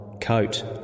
Coat